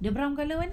the brown colour one